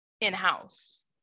in-house